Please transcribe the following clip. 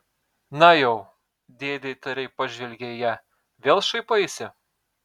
na jau dėdė įtariai pažvelgė į ją vėl šaipaisi